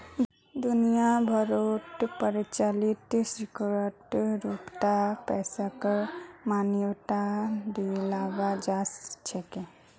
दुनिया भरोत प्रचलित सिक्कर रूपत पैसाक मान्यता दयाल जा छेक